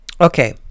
Okay